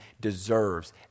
deserves